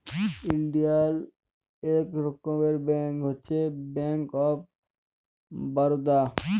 ইলডিয়াল ইক রকমের ব্যাংক হছে ব্যাংক অফ বারদা